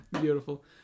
Beautiful